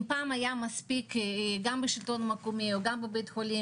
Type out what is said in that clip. אם פעם היה מספיק גם בשלטון מקומי או גם בבית חולים